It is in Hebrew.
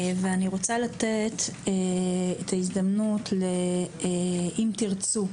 ואני רוצה לתת את ההזדמנות ל"אם תרצו",